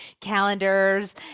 calendars